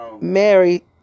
Mary